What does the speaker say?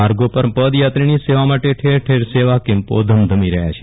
માર્ગો પર પદયાત્રીની સેવા માટે ઠેર ઠેર સેવા કેમ્પો ધમધમી રહ્યા છે